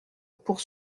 pour